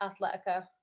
Atletico